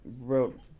wrote